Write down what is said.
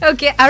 Okay